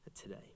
today